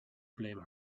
blame